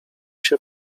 się